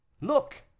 Look